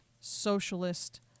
socialist